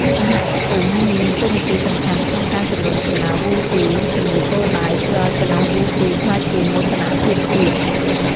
សហគមន៍មានតួនាទីសំខាន់ក្នុងការជំរុញកីឡាវ៉ូស៊ូ ជាមួយគោលដៅធ្វើឲ្យកីឡាវ៉ូស៊ូក្លាយជាមោទនភាពជាតិ។